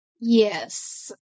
Yes